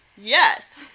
Yes